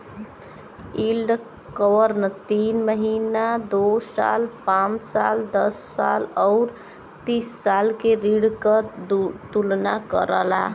yield curve तीन महीना, दो साल, पांच साल, दस साल आउर तीस साल के ऋण क तुलना करला